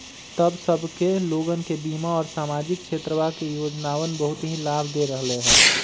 सब तबके के लोगन के बीमा और सामाजिक क्षेत्रवा के योजनावन बहुत ही लाभ दे रहले है